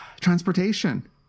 transportation